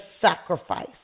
sacrifice